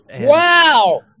Wow